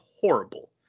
horrible